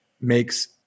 makes